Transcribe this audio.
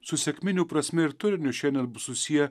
su sekminių prasme ir turiniu šiandien bus susiję